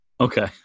Okay